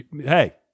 hey